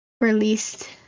released